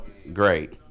Great